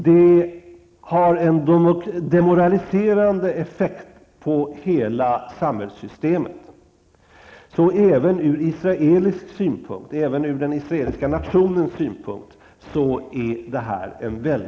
Det har en demoraliserande effekt på hela samhällssystemet. Av den anledningen är detta en mycket farlig väg även ur den israeliska nationens synpunkt.